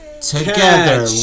together